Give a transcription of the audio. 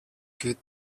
good